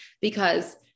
because-